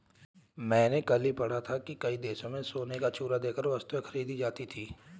मैंने कल ही पढ़ा था कि कई देशों में सोने का चूरा देकर वस्तुएं खरीदी जाती थी